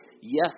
yes